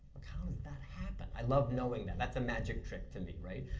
kind of that happen? i love knowing that. that's a magic trick to me, right?